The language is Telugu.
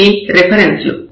ఇవి రిఫరెన్సులు